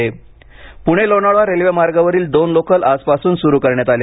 Pune Lonavala railway मार्गावरील दोन local आजपासून सुरू करण्यात आल्या